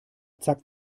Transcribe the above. zack